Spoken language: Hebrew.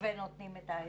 ונותנים את ההיתרים,